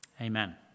Amen